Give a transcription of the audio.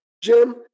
Jim